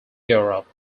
europe